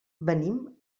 venim